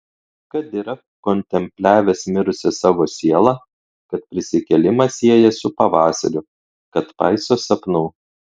kad yra kontempliavęs mirusią savo sielą kad prisikėlimą sieja su pavasariu kad paiso sapnų